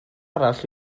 arall